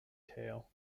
tale